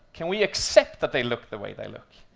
can we accept that they look the way they look?